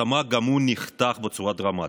התמ"ג גם הוא נחתך בצורה דרמטית.